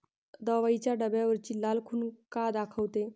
दवाईच्या डब्यावरची लाल खून का दाखवते?